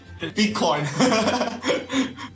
Bitcoin